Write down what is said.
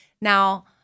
Now